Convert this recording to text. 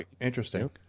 interesting